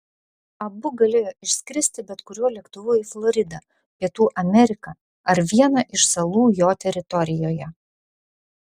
abu galėjo išskristi bet kuriuo lėktuvu į floridą pietų ameriką ar vieną iš salų jo teritorijoje